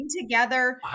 together